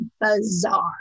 bizarre